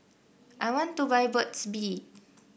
I want to buy Burt's Bee